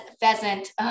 Pheasant